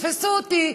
תפסו אותי",